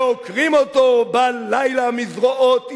שעוקרים אותו בלילה מזרועות אמו?